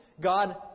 God